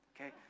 Okay